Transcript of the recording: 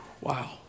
Wow